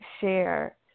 share